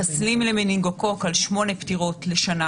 מחסנים למנינגוקוק כשהיו 8 פטירות לשנה